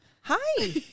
Hi